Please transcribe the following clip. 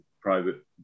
private